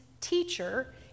teacher